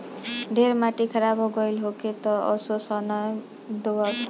ढेर माटी खराब हो गइल होखे तअ असो सनइ बो दअ